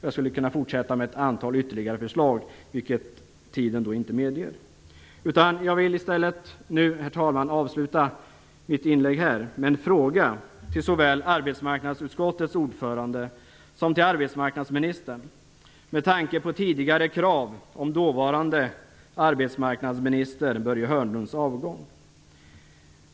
Jag skulle kunna fortsätta med ett antal ytterligare förslag, vilket tiden inte medger. Jag vill i stället, herr talman, avsluta mitt inlägg med en fråga till såväl arbetsmarknadsutskottets ordförande som arbetsmarknadsministern med tanke på tidigare krav på dåvarande arbetsmarknadsministern Börje Hörnlunds avgång.